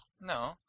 No